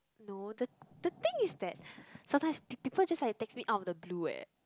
no the the thing is that sometimes p~ people just like text me out of the blue eh